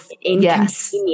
Yes